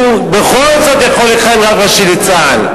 הוא בכל זאת יכול לכהן רב ראשי לצה"ל,